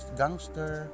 gangster